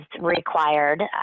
required